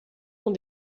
sont